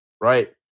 right